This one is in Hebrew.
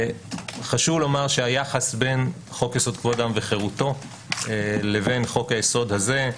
חשוב לומר שהיחס בין חוק יסוד: כבוד האדם וחירותו לחוק היסוד הזה,